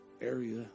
Area